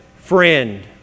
friend